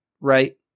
right